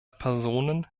personen